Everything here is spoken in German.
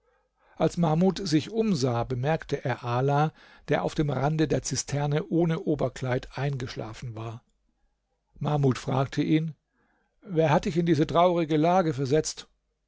als mahmud sich umsah bemerkte er ala der auf dem rande der zisterne ohne oberkleid eingeschlafen war mahmud fragte ihn wer hat dich in diese traurige lage versetzt